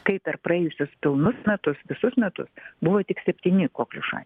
kai per praėjusius pilnus metus visus metus buvo tik septyni kokliušai